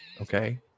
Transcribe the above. Okay